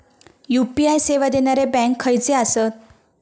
UPI सेवा देणारे bank खयचे आसत?